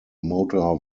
motor